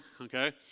Okay